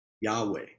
Yahweh